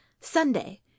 Sunday